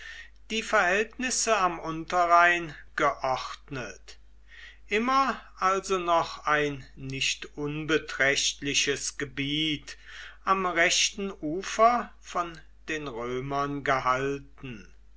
die verhältnisse am unterrhein geordnet immer also noch ein nicht unbeträchtliches gebiet am rechten ufer von den römern gehalten